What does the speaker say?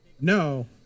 no